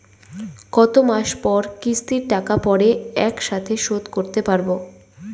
কত মাস পর কিস্তির টাকা পড়ে একসাথে শোধ করতে পারবো?